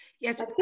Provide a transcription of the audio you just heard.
Yes